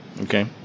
Okay